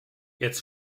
jetzt